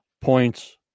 points